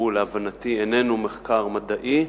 להבנתי הוא איננו מחקר מדעי,